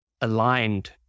aligned